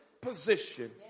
position